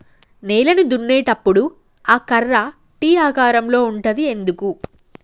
నేలను దున్నేటప్పుడు ఆ కర్ర టీ ఆకారం లో ఉంటది ఎందుకు?